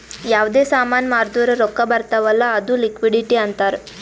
ಯಾವ್ದೇ ಸಾಮಾನ್ ಮಾರ್ದುರ್ ರೊಕ್ಕಾ ಬರ್ತಾವ್ ಅಲ್ಲ ಅದು ಲಿಕ್ವಿಡಿಟಿ ಅಂತಾರ್